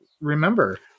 remember